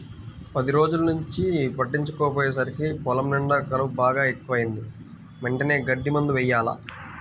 పది రోజుల్నుంచి పట్టించుకోకపొయ్యేసరికి పొలం నిండా కలుపు బాగా ఎక్కువైంది, వెంటనే గడ్డి మందు యెయ్యాల